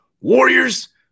warriors